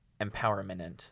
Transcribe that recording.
empowerment